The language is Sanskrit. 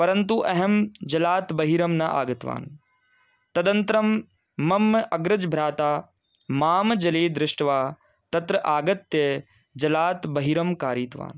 परन्तु अहं जलात् बहिः न आगतवान् तदनन्तरं मम अग्रजभ्राता मां जले दृष्ट्वा तत्र आगत्य जलात् बहिः कारितवान्